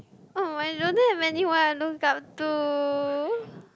um I don't have anyone I look up to